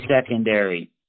secondary